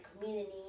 community